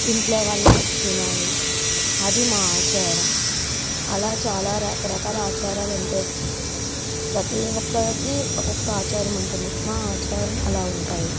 ఇంట్లో వాళ్ళు తినాలి అది మా ఆచారం అలా చాలా రకరకాల ఆచారాలు ఉంటాయి ప్రతి ఒక్కరికి ఒక్కొక్క ఆచారం ఉంటుంది మా ఆచారం అలా ఉంటాయి